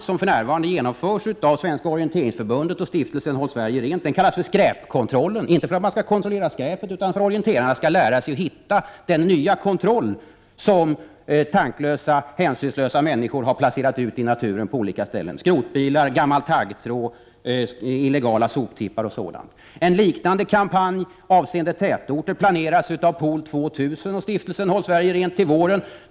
Bl.a. genomför för närvarande Svenska orienteringsförbundet och Stiftelsen Håll Sverige rent en kampanj som kallas Skräpkontrollen, inte för att orienterarna skall kontrollera skräpet utan för att de skall lära sig hitta sådant som tanklösa och hänsynslösa människor har placerat ut i naturen på olika ställen, t.ex. skrotbilar, gammal taggtråd, illegala soptippar, m.m. En liknande kampanj avseende tätorter planeras till våren av Pool 2 tusen och Stiftelsen Håll Sverige rent.